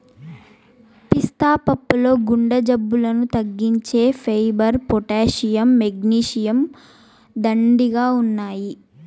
పిస్తా పప్పుల్లో గుండె జబ్బులను తగ్గించే ఫైబర్, పొటాషియం, మెగ్నీషియం, దండిగా ఉన్నాయి